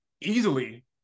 easily